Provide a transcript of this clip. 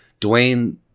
Dwayne